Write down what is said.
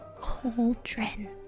cauldron